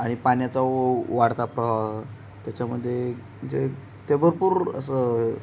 आणि पाण्याचा वा वाढता प्रवाह त्याच्यामध्ये जे ते भरपूर असं